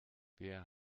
wer